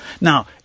Now